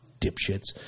dipshits